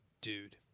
Dude